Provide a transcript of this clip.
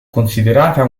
considerata